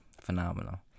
phenomenal